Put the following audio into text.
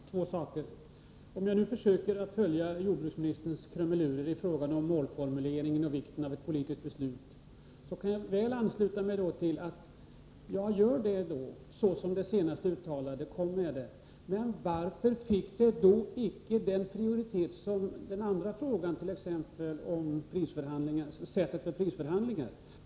Fru talman! Två saker: Om jag nu försöker följa jordbruksministerns krumelurer i fråga om målformuleringen och vikten av ett politiskt beslut, kan jag väl ansluta mig till vad som senast uttalades; kom med det! Men varför fick den frågan icke samma prioritet som t.ex. frågan om sättet att prisförhandla?